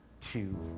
two